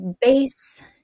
base